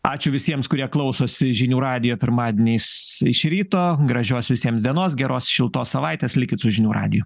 ačiū visiems kurie klausosi žinių radijo pirmadieniais iš ryto gražios visiems dienos geros šiltos savaitės likit su žinių radiju